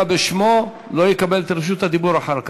בשמו לא יקבל את רשות הדיבור אחר כך.